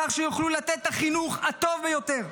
כך שיוכלו לתת את החינוך הטוב ביותר,